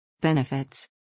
Benefits